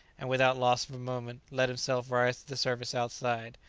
and, without loss of a moment, let himself rise to the surface outside.